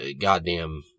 goddamn